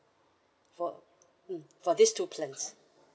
for mm for these two plans